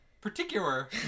particular